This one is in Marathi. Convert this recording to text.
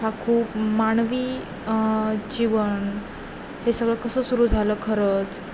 हा खूप मानवी जीवन हे सगळं कसं सुरू झालं खरंच